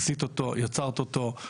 עשית אותו יצרת אותו,